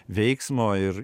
veiksmo ir